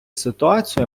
ситуацію